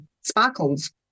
sparkles